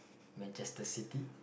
Manchester-City